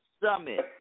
summit